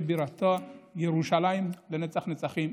שבירתה ירושלים לנצח נצחים,